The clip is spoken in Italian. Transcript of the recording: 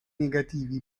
negativi